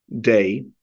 day